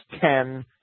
ten